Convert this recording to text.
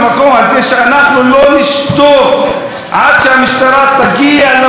שאנחנו לא נשתוק עד שהמשטרה תגיע לפושעים.